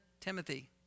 Timothy